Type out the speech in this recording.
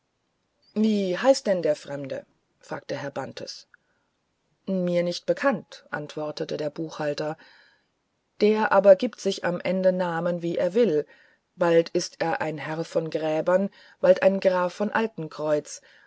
wie heißt denn der fremde fragte herr bantes mir nicht bekannt antwortete der buchhalter der aber gibt sich am ende namen wie er will bald ist er ein herr von gräbern bald ein graf von